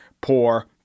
poor